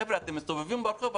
חבר'ה, אתם מסתובבים ברחוב.